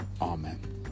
Amen